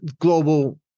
global